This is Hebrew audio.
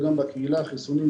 וגם בקהילה חיסונים,